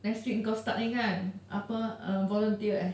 next week kau start ni kan apa ah volunteer eh